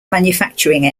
manufacturing